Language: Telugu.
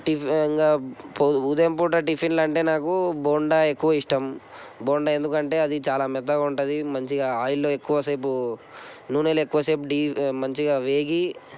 టిఫిన్ ఉదయం పూట టిఫిన్ అంటే నాకు బోండా ఎక్కువ ఇష్టం బోండా ఎందుకంటే అది చాలా మెత్తగా ఉంటది మంచిగా ఆయిల్లో ఎక్కువ సేపు నూనెలో ఎక్కువసేపు డీప్ మంచిగా వేగి